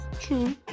true